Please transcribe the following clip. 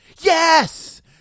Yes